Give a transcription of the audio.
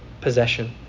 possession